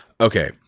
Okay